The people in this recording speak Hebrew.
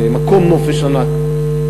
מקום נופש ענק,